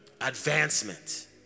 advancement